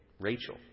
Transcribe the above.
Rachel